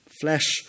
Flesh